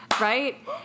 right